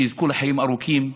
שיזכו לחיים ארוכים,